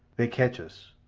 they catch us.